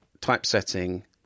typesetting